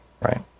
right